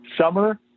summer